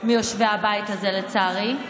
מיושבי הבית הזה, לצערי,